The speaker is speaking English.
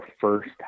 first